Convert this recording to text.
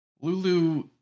Lulu